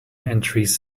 entries